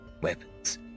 weapons